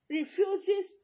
refuses